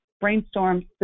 brainstorm